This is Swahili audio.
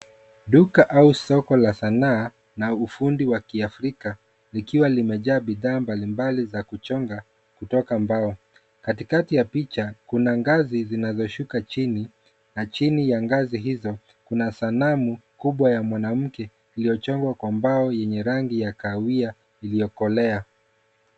Duka au soko la sanaa na ufundi wa kiafrika likiwa limejaa bidhaa mbali mbali za kuchonga kutoka mbao. Katikati ya picha kuna ngazi zinazoshuka chini na chini ya ngazi hizo kuna sanamu kubwa ya mwanamke iliyochongwa kwa mbao yenye rangi ya kahawia iliyokolea.